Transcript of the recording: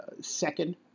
second